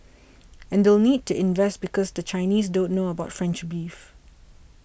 and they'll need to invest because the Chinese don't know about French beef